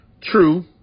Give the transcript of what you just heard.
True